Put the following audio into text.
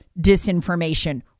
disinformation